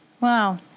Wow